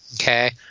okay